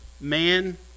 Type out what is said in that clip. man